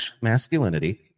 masculinity